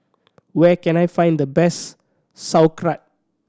where can I find the best Sauerkraut